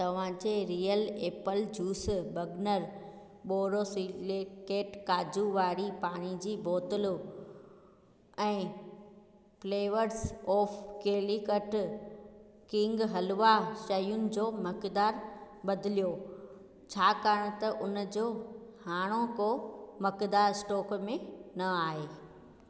तव्हांजे real apple juice बगनर बोरोसिल केलिकट काजू वारी पाणी जी बोतल ऐं flavours of Calicut king halwa शयुनि जो मकदार बदलियो छाकाणि त उन जो हाणोको मकदार स्टॉक में न आहे